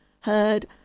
heard